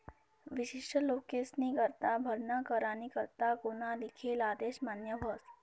विशिष्ट लोकेस्नीकरता भरणा करानी करता कोना लिखेल आदेश मान्य व्हस